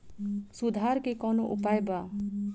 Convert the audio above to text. सुधार के कौनोउपाय वा?